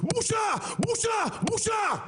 בושה, בושה, בושה.